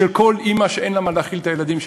של כל אימא שאין לה מה להאכיל את הילדים שלה.